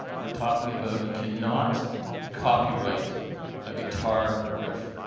were talking about you cannot copyright a guitar riff,